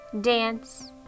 dance